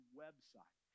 website